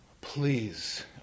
please